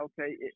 Okay